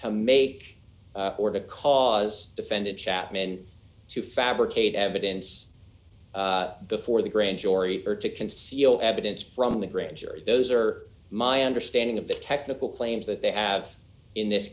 to make or to cause defendant chapman to fabricate evidence before the grand jury or to conceal evidence from the grand jury those are my understanding of the technical claims that they have in this